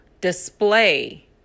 display